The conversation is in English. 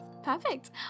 Perfect